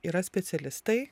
yra specialistai